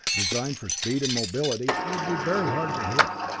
designed for speed and mobility, it would be very hard to hit,